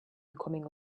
becoming